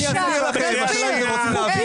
אני אסביר לכם, השאלה היא אם אתם רוצים להבין.